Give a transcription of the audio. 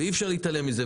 ואי אפשר להתעלם מזה.